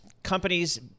Companies